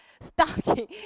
stocking